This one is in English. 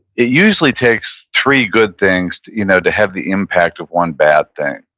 it usually takes three good things to you know to have the impact of one bad thing.